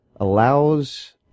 allows